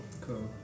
cool